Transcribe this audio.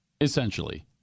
Essentially